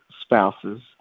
spouses